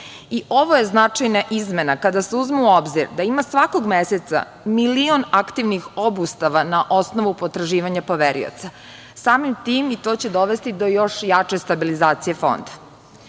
i ovo je značajna izmena kada se uzme u obzir da ima svakog meseca milion aktivnih obustava na osnovu potraživanja poverioca, samim tim i to će dovesti do još jače stabilizacije